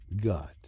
got